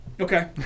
Okay